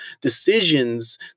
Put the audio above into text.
decisions